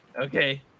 okay